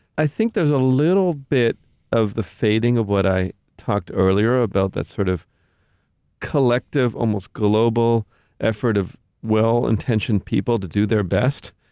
i think there's a little bit of the fading of what i talked earlier about that sort of collective, almost global effort of well-intentioned people to do do their best.